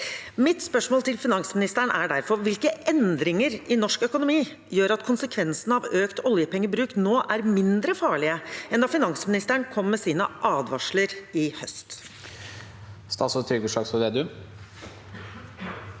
Mitt spørsmål til finansministeren er derfor: Hvilke endringer i norsk økonomi gjør at konsekvensene av økt oljepengebruk er mindre farlige nå enn da finansministeren kom med sine advarsler i høst? Statsråd Trygve Slagsvold Vedum